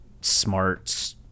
smart